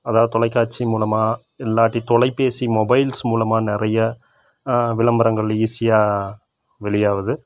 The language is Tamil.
அதாவது தொலைக்காட்சி மூலமாக இல்லாட்டி தொலைபேசி மொபைல்ஸ் மூலமாக நிறைய விளம்பரங்கள் ஈஸியாக வெளியாவுது